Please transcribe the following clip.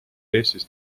eestis